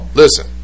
listen